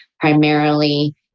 primarily